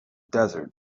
desert